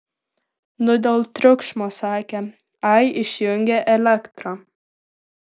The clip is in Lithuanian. nu dėl triukšmo sakė ai išjungė elektrą